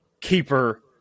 keeper